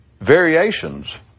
variations